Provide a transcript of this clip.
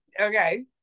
okay